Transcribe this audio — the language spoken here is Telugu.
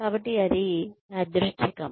కాబట్టి అది యాదృచ్ఛికం